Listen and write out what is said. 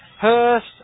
Hurst